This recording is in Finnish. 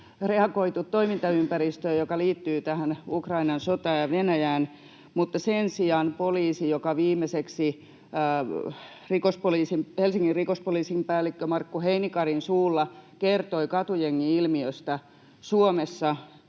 reagoitu toimintaympäristöön, joka liittyy tähän Ukrainan sotaan ja Venäjään, mutta ei sen sijaan poliisiin, joka viimeiseksi Helsingin rikospoliisin päällikkö Markku Heinikarin suulla kertoi katujengi-ilmiöstä Suomessa